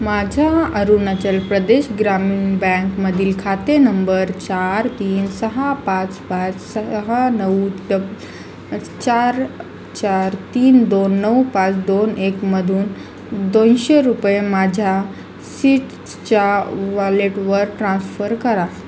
माझ्या अरुणाचल प्रदेश ग्रामीण बँकमधील खाते नंबर चार तीन सहा पाच पाच सहा नऊ ड चार चार तीन दोन नऊ पाच दोन एकमधून दोनशे रुपये माझ्या सिट्सच्या वॉलेटवर ट्रान्स्फर करा